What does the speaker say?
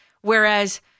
whereas